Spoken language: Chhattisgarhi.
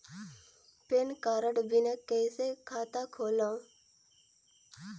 पैन कारड बिना कइसे खाता खोलव?